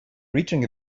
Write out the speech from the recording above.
reaching